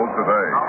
today